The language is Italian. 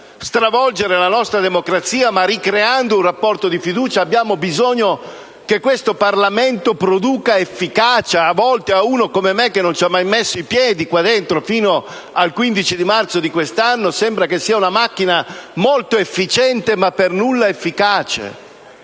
senza stravolgere la nostra democrazia, ma ricreando un rapporto di fiducia. Abbiamo bisogno che questo Parlamento produca efficacia. Talvolta, ad uno come me che non ci ha mai messo piede qui dentro fino al 15 marzo di quest'anno, sembra che sia una macchina molto efficiente, ma per nulla efficace,